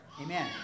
Amen